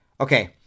Okay